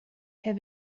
herr